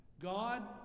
God